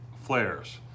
flares